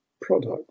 product